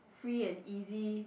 free and easy